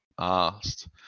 asked